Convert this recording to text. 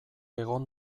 egon